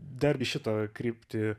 dar į šitą kryptį